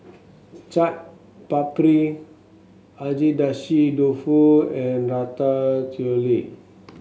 Chaat Papri Agedashi Dofu and Ratatouille